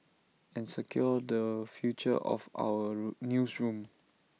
and secure the future of our newsroom